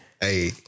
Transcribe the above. hey